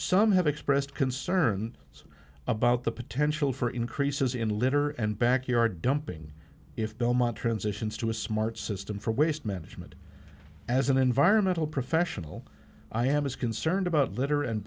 some have expressed concern about the potential for increases in litter and backyard dumping if belmont transitions to a smart system for waste management as an environmental professional i am as concerned about litter and